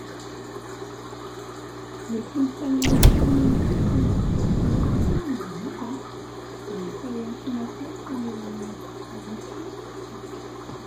Ilay kolotsaina rosiana indray aloha ohatran'ny tsy dia haiko loatra koa ny momba an'azy a, tsy dia fahenoko matetika koa ilay rosia